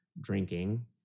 drinking